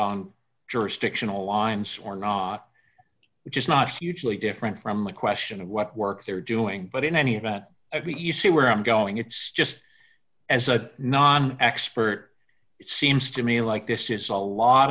on jurisdictional lines or not which is not hugely different from the question of what work they're doing but in any event i bet you see where i'm going it's just as a non expert it seems to me like this is a lot